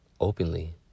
openly